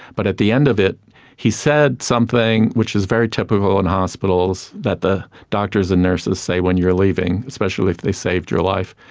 but at the end of it he said something which is very typical in hospitals that the doctors and nurses say when you are leaving, especially if they saved your life,